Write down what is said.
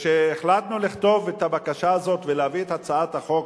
כשהחלטנו לכתוב את הבקשה הזאת ולהביא את הצעת החוק,